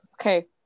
Okay